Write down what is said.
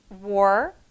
war